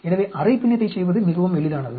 எனவே அரை பின்னத்தை செய்வது மிகவும் எளிதானது